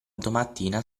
domattina